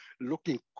looking